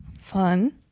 fun